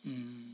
mm